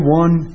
one